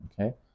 okay